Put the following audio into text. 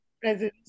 presence